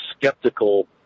skeptical